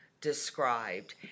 described